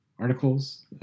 articles